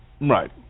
right